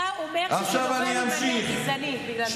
מעניין, אתה אומר שזה נובע ממניע גזעני, בגלל זה.